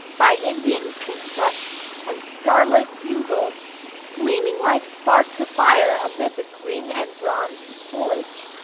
by indian paintbrush and scarlet bugler gleaming like sparks of fire amid the green and bronze foliage,